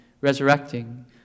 resurrecting